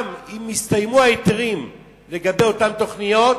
גם אם הסתיימו ההיתרים לגבי אותן תוכניות,